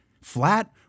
flat